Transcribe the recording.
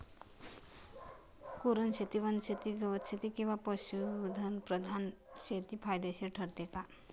कुरणशेती, वनशेती, गवतशेती किंवा पशुधन प्रधान शेती फायदेशीर ठरते का?